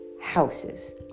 houses